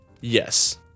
Yes